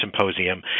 symposium